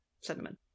cinnamon